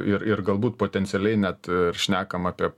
ir ir galbūt potencialiai net ir šnekam apie